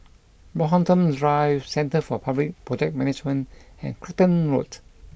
Brockhampton Drive Centre for Public Project Management and Clacton Road